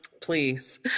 Please